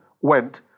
went